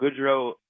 Goodrow